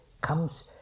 comes